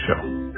show